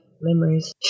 memories